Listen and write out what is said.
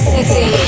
City